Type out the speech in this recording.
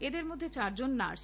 এদের মধ্যে চারজন নার্স